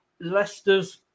Leicester's